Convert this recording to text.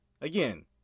again